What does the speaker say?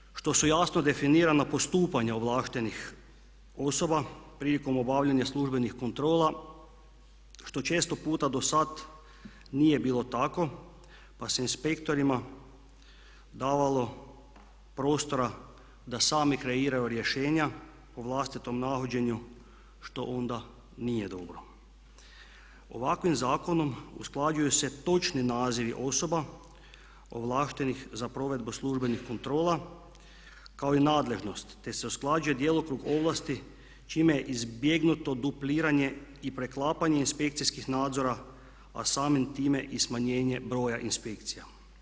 Dobro je i to što su jasno definirana postupanja ovlaštenih osoba prilikom obavljanja službenih kontrola što često puta do sad nije bilo tako pa se inspektorima davalo prostora da sami kreiraju rješenja po vlastitom nahođenju što onda nije dobro. ovakvim zakonom usklađuju se točni nazivi osoba ovlaštenih za provedbu službenih kontrola kao i nadležnost te se usklađuje djelokrug ovlasti čime je izbjegnuto dupliranje i preklapanje inspekcijskih nadzora a samim time i smanjenje broja inspekcija.